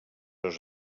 els